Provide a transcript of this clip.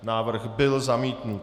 Návrh byl zamítnut.